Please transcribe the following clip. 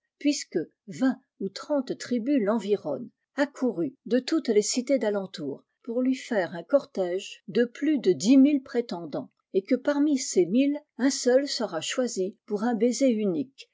puisque vingt ou trente tribus l'environnent accourues de toutes les cités d'alentour pour lui faire un cortège de plus de dix mille prétendants et que parmi ces mille un seul sera choisi pour un baiser unique